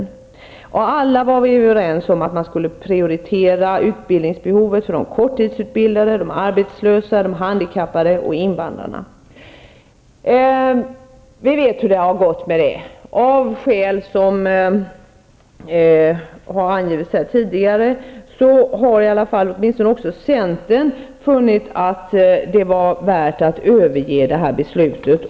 Vi var alla överens om att prioritera utbildningsbehovet för de korttidsutbildade, de arbetslösa, de handikappade och invandrarna. Vi vet hur det gått med detta. Av skäl som har angivits här tidigare har åtminstone centern funnit anledning att överge det här beslutet.